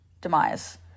demise